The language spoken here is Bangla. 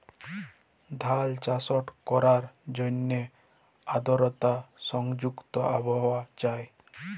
ধাল চাষট ক্যরার জ্যনহে আদরতা সংযুক্ত আবহাওয়া চাই